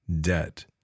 debt